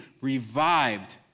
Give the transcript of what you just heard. revived